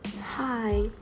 Hi